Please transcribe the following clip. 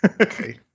Okay